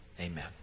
Amen